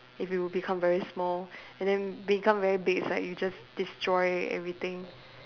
if you would be become very small and then become very big it's like you just destroy everything